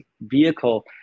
vehicle